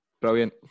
Brilliant